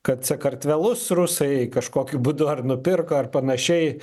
kad sakartvelus rusai kažkokiu būdu ar nupirko ar panašiai